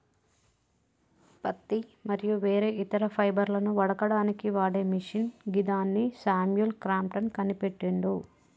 పత్తి మరియు వేరే ఇతర ఫైబర్లను వడకడానికి వాడే మిషిన్ గిదాన్ని శామ్యుల్ క్రాంప్టన్ కనిపెట్టిండు